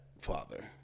father